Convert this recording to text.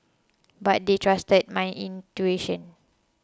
but they trusted my intuition